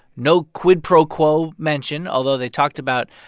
no quid pro quo mention, although they talked about,